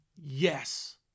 Yes